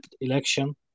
election